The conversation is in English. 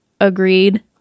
agreed